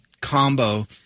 combo